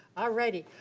alrighty.